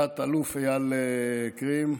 תת-אלוף אייל קרים,